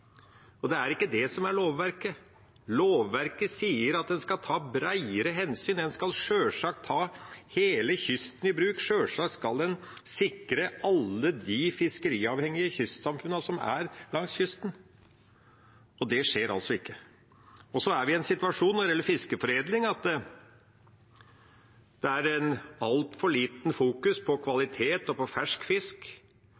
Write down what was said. Det er ikke det som er lovverket. Lovverket sier at en skal ta breiere hensyn. En skal sjølsagt ta hele kysten i bruk; sjølsagt skal en sikre alle de fiskeriavhengige kystsamfunnene som er langs kysten. Det skjer altså ikke. Så er vi en situasjon når det gjelder fiskeforedling, at det er altfor lite fokus på kvalitet og på fersk fisk og altfor lite fokus på